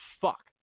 fuck